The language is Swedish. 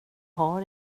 har